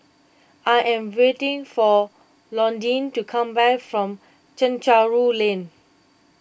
I am waiting for Londyn to come back from Chencharu Lane